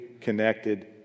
connected